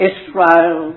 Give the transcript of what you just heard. Israel